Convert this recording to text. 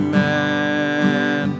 man